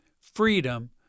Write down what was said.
freedom